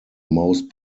most